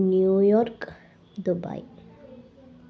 New York Dubai